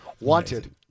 Wanted